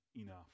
enough